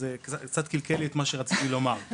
וזה קצת קלקל לי את מה שרציתי לומר.